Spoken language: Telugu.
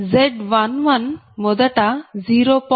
Z11 మొదట 0